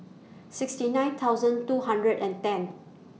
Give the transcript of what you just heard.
sixty nine thousand two hundred and ten